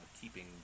keeping